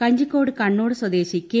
കഞ്ചിക്കോട് കണ്ണോട് സ്വദേശി കെ